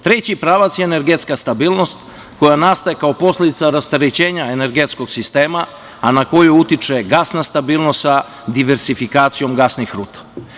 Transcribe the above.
Treći pravac je energetska stabilnost koja nastaje kao posledica rasterećenja energetskog sistema, a na koji utiče gasna stabilnost sa diversifikacijom gasnih ruta.